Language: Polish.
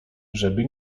żeby